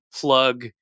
plug